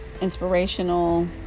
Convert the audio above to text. inspirational